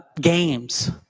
games